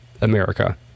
america